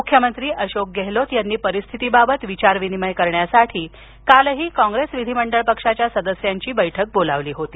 मुख्यमंत्री अशोक गेहलोत यांनी परिस्थितीबाबत विचार विनिमय करण्यासाठी कालही कॉंग्रेस विधिमंडळ पक्षाच्या सदस्यांची बैठक बोलावली होती